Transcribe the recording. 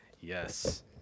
Yes